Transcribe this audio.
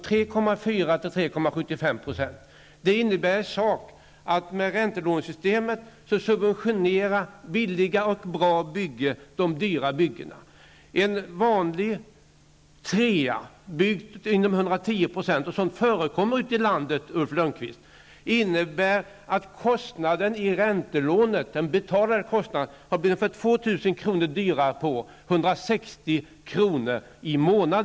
3,4 till 3,75 %. Det innebär i sak att med hjälp av räntelånesystemet subventionerar billiga och bra byggen de dyra byggena. En vanlig trea byggd inom 110-procentsgränsen, vilket förekommer ute i landet, Ulf Lönnqvist, får en högre kostnad på grund av räntelånet på ca 2 000 kr. per år, eller ca 160 kr. per månad.